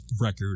record